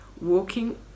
walking